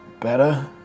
Better